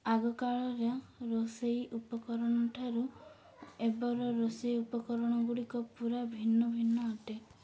ଆଗକାଳର ରୋଷେଇ ଉପକରଣଠାରୁ ଏବର ରୋଷେଇ ଉପକରଣ ଗୁଡ଼ିକ ପୁରା ଭିନ୍ନ ଭିନ୍ନ ଅଟେ